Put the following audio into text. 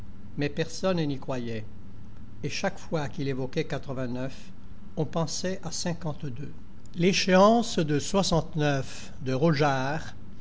mais personne n'y croyait et chaque fois qu'il évoquait on pensait à chéance de de rogeart